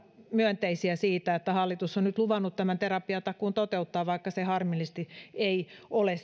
myönteisiä sille että hallitus on nyt luvannut tämän terapiatakuun toteuttaa vaikka se harmillisesti ei ole